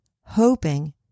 hoping